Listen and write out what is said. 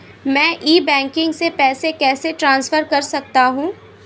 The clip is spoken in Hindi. मैं ई बैंकिंग से पैसे कैसे ट्रांसफर कर सकता हूं?